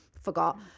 Forgot